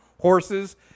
horses